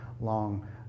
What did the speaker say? long